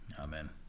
Amen